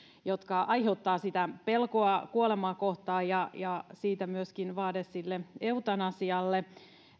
jotka aiheuttavat sitä pelkoa kuolemaa kohtaan ja siitä myöskin vaade sille eutanasialle